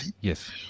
Yes